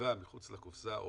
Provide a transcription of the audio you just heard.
חשיבה מחוץ לקופסה,